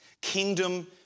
Kingdom